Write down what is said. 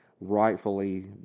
rightfully